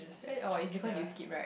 oh is because you skip right